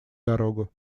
дорогу